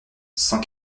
cent